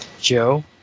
Joe